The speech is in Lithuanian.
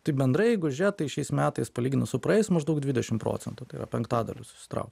tai bendrai jeigu žiūrėt šiais metais palyginus su praėjus maždaug dvidešim procentų tai yra penktadaliu susitraukė